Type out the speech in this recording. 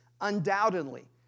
Undoubtedly